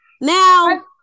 Now